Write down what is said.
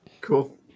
cool